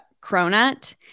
Cronut